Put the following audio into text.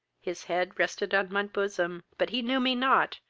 his head rested on my bosom, but he knew me not,